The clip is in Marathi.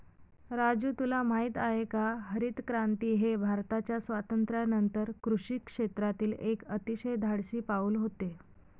राजू तुला माहित आहे का हरितक्रांती हे भारताच्या स्वातंत्र्यानंतर कृषी क्षेत्रातील एक अतिशय धाडसी पाऊल होते